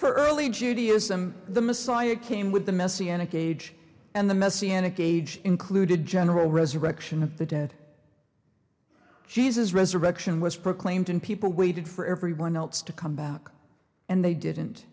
for early judaism the messiah came with the messianic age and the messianic age included general resurrection of the dead jesus resurrection was proclaimed and people waited for everyone else to come back and they didn't